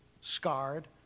scarred